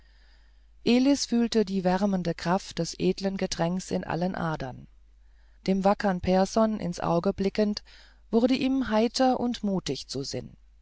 elis fühlte die wärmende kraft des edlen getränks in allen adern dem wackern pehrson ins auge blickend wurde ihm heiter und mutig zu sinn